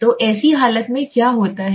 तो ऐसी हालत में क्या होता है